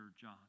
John